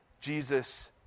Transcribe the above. Jesus